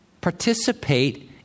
Participate